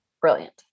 Brilliant